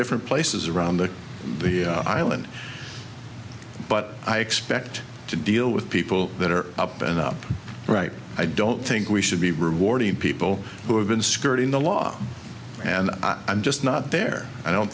different places around the island but i expect to deal with people that are up and up right i don't think we should be rewarding people who have been skirting the law and i'm just not there i don't